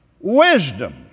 wisdom